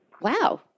Wow